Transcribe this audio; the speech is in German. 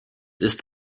ist